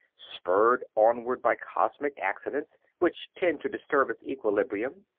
spurred onward by cosmic accidents which tend to disturb its equilibrium,